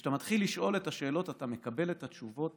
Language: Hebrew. וכשאתה מתחיל לשאול את השאלות אתה מקבל את התשובות